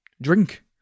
drink